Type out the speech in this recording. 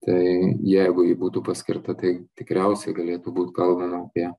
tai jeigu ji būtų paskirta tai tikriausiai galėtų būt kalbama apie